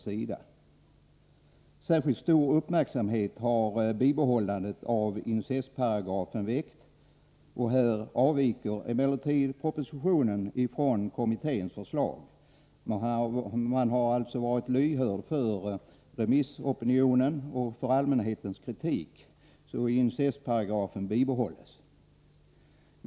Särskilt stor uppmärksamhet har bibehållandet av incestparagrafen väckt. Här avviker emellertid propositionen från kommitténs förslag. Man har alltså varit lyhörd för remissopinionen och för allmänhetens kritik, så incestparagrafen bibehålls.